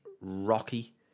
Rocky